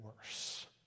worse